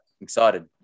Excited